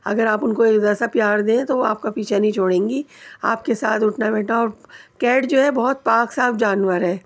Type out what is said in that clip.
اگر آپ ان کو ذرا سا پیار دیں تو وہ آپ کا پیچھا نہیں چھوڑیں گی آپ کے ساتھ اٹھنا بیٹھنا اور کیٹ جو ہے بہت پاک صاف جانور ہے